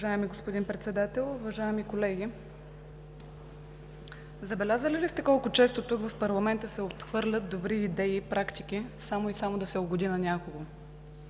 Уважаеми господин Председател, уважаеми колеги! Забелязали ли сте колко често тук, в парламента, се отхвърлят добри идеи и практики само и само да се угоди на някого?